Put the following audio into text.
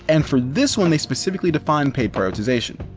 and for this one they specifically define paid prioritization.